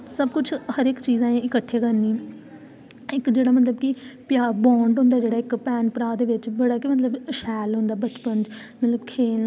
सारा कुछ कीता हा मतलब मेरे मूब स्प्रे कीता फ्ही मिगी उठालेआ फिर में दुबारा खेली मतलब मिगी बड़ा अच्छा शैल च मिगी बड़ा इंटरेस्ट ऐ